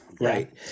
right